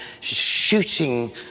shooting